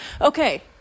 Okay